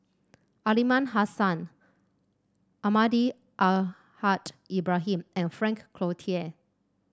Aliman Hassan Almahdi Al Haj Ibrahim and Frank Cloutier